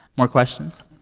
more questions?